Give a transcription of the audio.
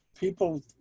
People